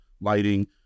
lighting